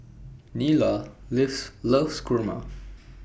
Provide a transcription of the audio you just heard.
Neola lose loves Kurma